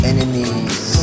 Enemies